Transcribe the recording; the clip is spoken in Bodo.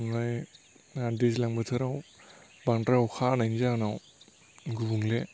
ओमफ्राय दैज्लां बोथोराव बांद्राय अखा हानायनि जाहोनाव गुबुंले